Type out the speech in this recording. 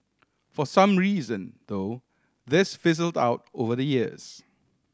for some reason though this fizzled out over the years